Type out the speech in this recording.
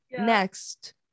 next